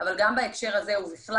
אבל גם בהקשר הזה ובכלל,